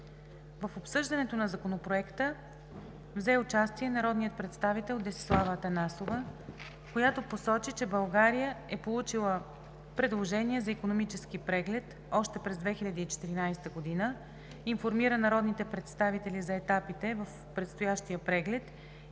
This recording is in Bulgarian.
В обсъждането на Законопроекта взе участие народният представител Десислава Атанасова, която посочи, че България е получила предложение за икономически преглед още през 2014 г., информира народните представители за етапите в предстоящия преглед